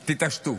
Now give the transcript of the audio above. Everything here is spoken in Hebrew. תתעשתו,